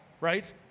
right